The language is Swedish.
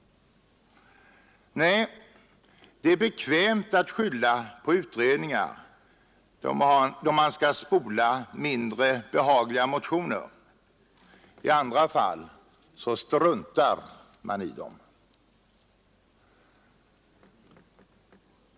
Nej, det är bekvämt att skylla på utredningar då man skall spola mindre behagliga motioner — i andra fall struntar man i utredningarna!